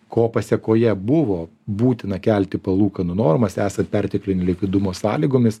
ko pasekoje buvo būtina kelti palūkanų normas esant perteklinio likvidumo sąlygomis